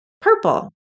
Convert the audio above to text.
purple